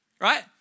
right